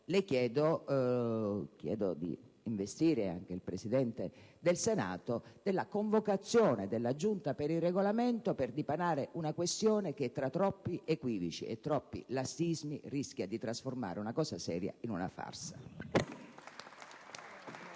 le chiedo di investire anche il Presidente del Senato della convocazione della Giunta per il Regolamento, per dipanare una questione che, tra troppi equivoci e troppi lassismi, rischia di trasformare una cosa seria in una farsa.